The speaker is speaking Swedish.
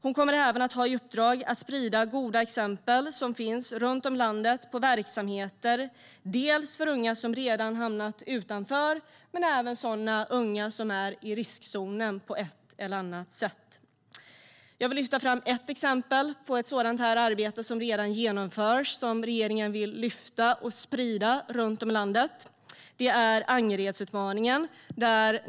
Hon kommer även att ha i uppdrag att sprida goda exempel som finns runt om i landet i verksamheter för unga som har hamnat utanför men även unga som är i riskzonen på ett eller annat sätt. Jag vill lyfta fram ett exempel på ett sådant arbete som redan genomförs och som regeringen vill lyfta fram och sprida runt om i landet. Det är Angeredsutmaningen.